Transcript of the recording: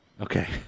Okay